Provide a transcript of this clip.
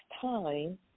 time